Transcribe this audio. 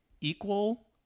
equal